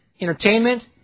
entertainment